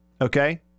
Okay